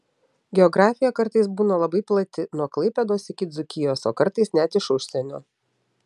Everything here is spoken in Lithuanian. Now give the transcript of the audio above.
geografija kartais būna labai plati nuo klaipėdos iki dzūkijos o kartais net iš užsienio